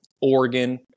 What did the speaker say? Oregon